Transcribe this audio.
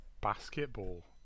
Basketball